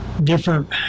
different